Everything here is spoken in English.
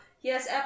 Yes